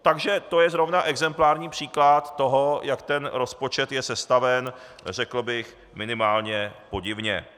Takže to je zrovna exemplární příklad toho, jak je rozpočet sestaven, řekl bych, minimálně podivně.